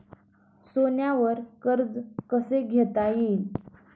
सोन्यावर कर्ज कसे घेता येईल?